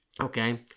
Okay